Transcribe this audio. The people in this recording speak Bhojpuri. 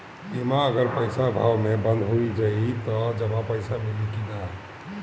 बीमा अगर पइसा अभाव में बंद हो जाई त जमा पइसा मिली कि न?